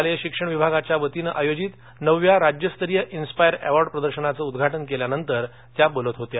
शालेय शिक्षण विभागातर्फे आयोजित नवव्या राज्यस्तरीय इन्स्पायर अवॉर्ड प्रदर्शनाचं उद्घाटन केल्यानंतर त्या बोलत होत्या